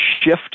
shift